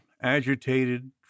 agitated